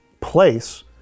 place